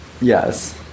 Yes